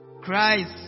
Christ